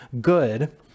good